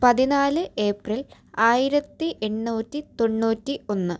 പതിനാല് ഏപ്രിൽ ആയിരത്തി എണ്ണൂറ്റി തൊണ്ണൂറ്റൊന്ന്